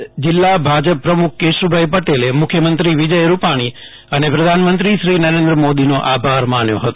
કચ્છ જિલ્લા ભાજપ પ્રમુખ કેશુ ભાઈ પટેલે મુખ્યમંત્રી વિજયભાઈ રૂપાણી અને પ્રધાનમંત્રી શ્રી નરેન્દ્ર મોદીનો આભાર માન્યો હતો